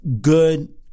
good